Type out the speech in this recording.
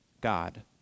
God